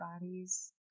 bodies